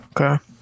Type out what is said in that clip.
Okay